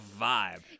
vibe